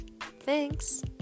Thanks